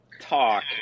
talk